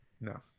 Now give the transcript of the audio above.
No